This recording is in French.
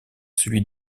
celui